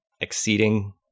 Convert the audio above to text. exceeding